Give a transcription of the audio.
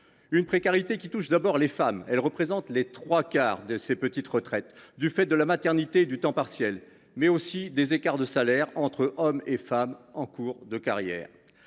La précarité touche d’abord les femmes, qui représentent les trois quarts de ces petites retraites, du fait non seulement de la maternité et du temps partiel, mais aussi des écarts de salaire entre les hommes et les femmes au cours de la carrière.